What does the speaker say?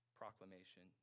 proclamation